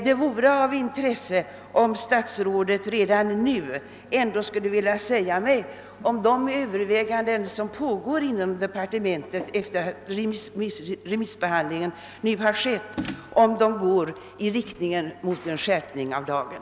Det vore av intresse om statsrådet redan nu ville tala om, om departementets överväganden går i riktning mot en skärpning av lagen.